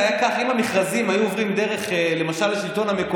כל המכרזים של הניקיון ברשויות שם וההסעות משתלטים על זה.